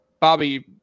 Bobby